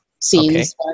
scenes